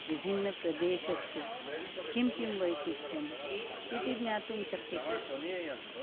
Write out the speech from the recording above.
विभिन्नप्रदेशस्य किं किं वैशिष्ट्यम् इति ज्ञातुं शक्यते